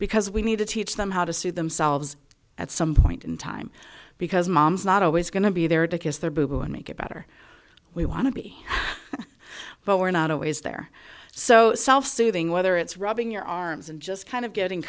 because we need to teach them how to see themselves at some point in time because mom's not always going to be there because their boo boo and make it better we want to be but we're not always there so self soothing whether it's rubbing your arms and just kind of gettin